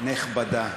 נכבדה.